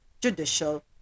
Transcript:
judicial